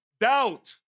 doubt